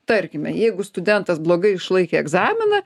tarkime jeigu studentas blogai išlaikė egzaminą